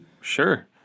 Sure